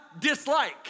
dislike